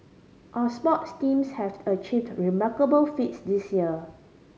our sports teams have achieved remarkable feats this year